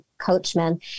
coachman